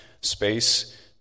space